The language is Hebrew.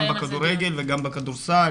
גם בכדורגל וגם בכדורסל.